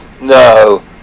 no